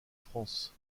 france